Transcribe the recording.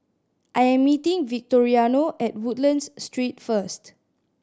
I am meeting Victoriano at Woodlands Street first